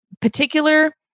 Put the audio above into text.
particular